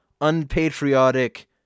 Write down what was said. unpatriotic